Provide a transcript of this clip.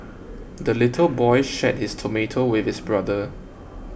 the little boy shared his tomato with his brother